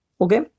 okay